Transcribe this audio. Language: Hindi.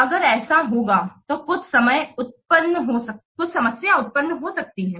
अगर ऐसा होगा तो कुछ समस्या उत्पन्न हो सकती है